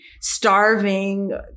starving